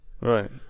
Right